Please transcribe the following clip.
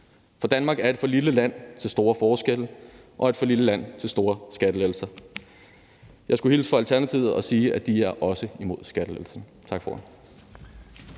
For Danmark er et for lille land til store forskelle og et for lille land til store skattelettelser. Jeg skulle hilse fra Alternativet og sige, at de også er imod skattelettelserne. Tak for